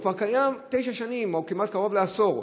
הוא כבר קיים תשע שנים או כמעט קרוב לעשור,